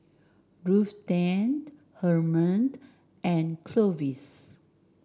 Ruthanne Herman and Clovis